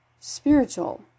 spiritual